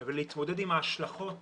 אבל להתמודד עם ההשלכות